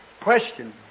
Question